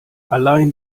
allein